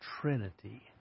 Trinity